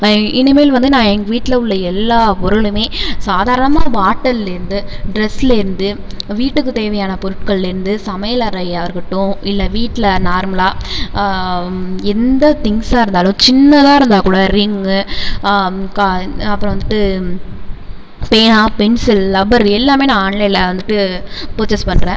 இனிமேல் வந்து நான் எங்கள் வீட்டில உள்ள எல்லா பொருளுமே சாதாரணமாக வாட்டர்லேருந்து ட்ரெஸ்லேந்து வீட்டுக்கு தேவையான பொருட்கள்லேருந்து சமையலறையாக இருக்கட்டும் இல்லை வீட்டில நார்மலாக எந்த திங்க்ஸாக இருந்தாலும் சின்னதாக இருந்தாக்கூட ரிங்கு கா அப்புறம் வந்துட்டு பேனா பென்சில் லப்பர் எல்லாமே நான் ஆன்லைன்ல வந்துட்டு பர்ச்சேஸ் பண்ணுறேன்